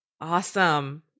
Awesome